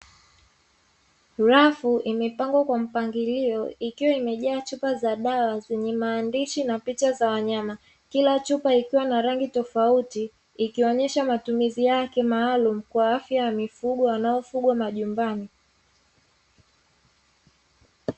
Rafu imeoangwa kwa mpangilio ikiwa imejaa chupa za dawa zenye maandishi na picha za wanyama, kila chupa ikiwa na rangi tofauti, ikionesha matumizi yake maalumu kwa afya ya mifugo wanaofugwa majumbani.